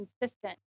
consistent